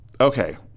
Okay